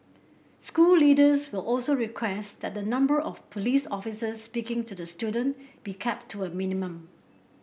school leaders will also request that the number of police officers speaking to the student be kept to a minimum